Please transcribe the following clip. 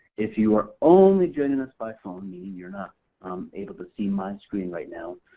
if you are only joining us by phone, meaning you're not able to see my screen right now,